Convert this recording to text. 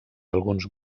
alguns